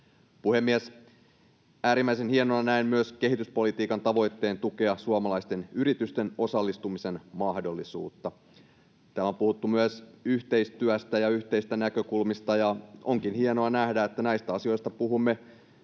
Puhemies! Äärimmäisen hienona näen myös kehityspolitiikan tavoitteen tukea suomalaisten yritysten osallistumisen mahdollisuutta. Täällä on puhuttu myös yhteistyöstä ja yhteisistä näkökulmista, ja onkin hienoa nähdä, että näistä asioista puhumme